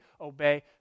obey